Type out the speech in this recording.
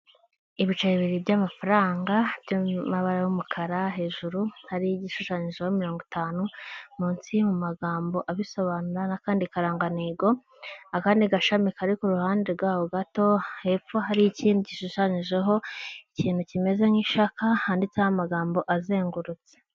Ibiceri bibiri by’amafaranga by’amabara y’umukara, hejuru hari igishushanyijeho mirongo itanu munsi mu magambo abisobanura n'akandi karangantego, akandi gashami kari ku ruhande rwaho gato, hepfo hariho ikindi gishushanyijeho ikintu kimeze nk'ishaka handitseho amagambo azengurutse.